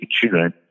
children